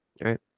right